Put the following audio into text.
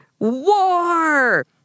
War